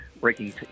breaking